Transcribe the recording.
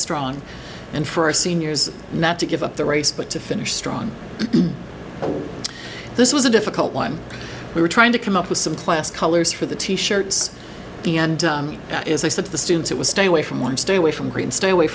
strong and for our seniors not to give up the race but to finish strong this was a difficult one we were trying to come up with some class colors for the t shirts the end is i said to the students it was stay away from one stay away from green stay away